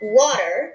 water